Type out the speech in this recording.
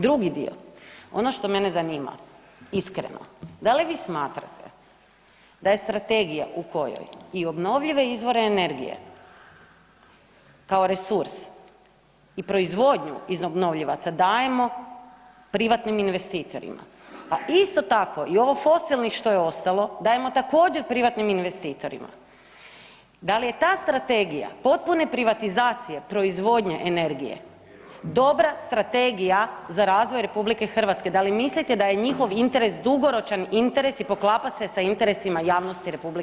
Drugi dio, ono što mene zanima iskreno, da li vi smatrate da je strategija u kojoj i obnovljive izvore energije kao resurs i proizvodnju iz obnovljivaca dajemo privatnim investitorima, a isto tako i ovo fosilnih što je ostalo dajemo također privatnim investitorima, da li je ta strategija potpune privatizacije proizvodnje energije dobra strategija za razvoj RH, da li mislite da je njihov interes dugoročan interes i poklapa se sa interesima javnosti RH?